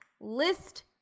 list